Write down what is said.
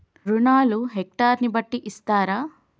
రుణాలు హెక్టర్ ని బట్టి ఇస్తారా?